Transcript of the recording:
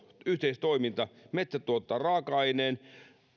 yhteistoiminta metsä tuottaa raaka aineen